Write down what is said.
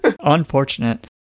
unfortunate